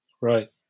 Right